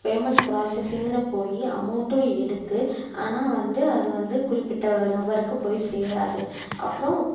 payment ப்ராஸசிங்ன்னு போய் அமௌண்ட்டும் எடுத்து ஆனால் வந்து அது வந்து குறிப்பிட்ட நபருக்கும் போய் சேராது அப்றம்